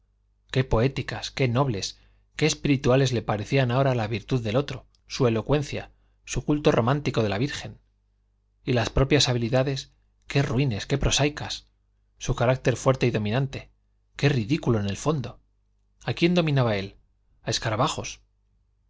qué poéticas qué nobles qué espirituales le parecían ahora la virtud del otro su elocuencia su culto romántico de la virgen y las propias habilidades qué ruines qué prosaicas su carácter fuerte y dominante qué ridículo en el fondo a quién dominaba él a escarabajos